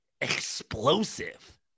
explosive